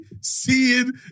Seeing